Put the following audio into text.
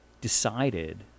decided